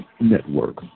Network